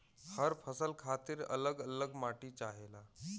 हर फसल खातिर अल्लग अल्लग माटी चाहेला